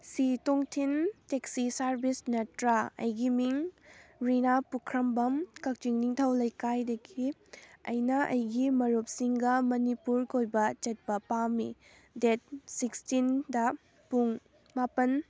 ꯁꯤ ꯇꯣꯝꯊꯤꯟ taxi service ꯅꯠꯇ꯭ꯔꯥ ꯑꯩꯒꯤ ꯃꯤꯡ ꯔꯤꯅꯥ ꯄꯨꯈ꯭ꯔꯝꯕꯝ ꯀꯛꯆꯤꯡ ꯅꯤꯡꯊꯧ ꯂꯩꯀꯥꯏꯗꯒꯤ ꯑꯩꯅ ꯑꯩꯒꯤ ꯃꯔꯨꯞꯁꯤꯡꯒ ꯃꯅꯤꯄꯨꯔ ꯀꯣꯏꯕ ꯆꯠꯄ ꯄꯥꯝꯃꯤ ꯗꯦꯠ ꯁꯤꯛꯁꯇꯤꯟꯗ ꯄꯨꯡ ꯃꯥꯄꯟ